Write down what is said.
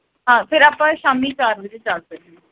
ਹਾਂ ਫ਼ਿਰ ਆਪਾਂ ਸ਼ਾਮੀ ਚਾਰ ਵਜੇ ਚੱਲ ਸਕਦੇ ਹਾਂ